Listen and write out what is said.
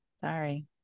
Sorry